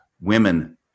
women